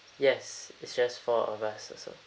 yes it's just four of us also